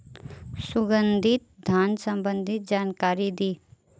सुगंधित धान संबंधित जानकारी दी?